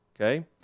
Okay